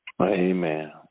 Amen